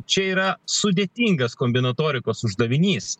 čia yra sudėtingas kombinatorikos uždavinys